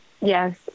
Yes